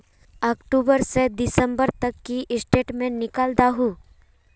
अक्टूबर से दिसंबर तक की स्टेटमेंट निकल दाहू?